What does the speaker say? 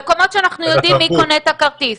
מקומות שאנחנו יודעים מי קונה את הכרטיס,